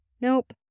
Nope